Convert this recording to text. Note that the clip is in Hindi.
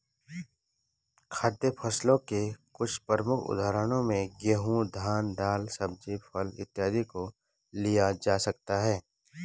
खाद्य फसलों के कुछ प्रमुख उदाहरणों में गेहूं, धान, दाल, सब्जी, फल इत्यादि को लिया जा सकता है